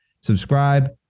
Subscribe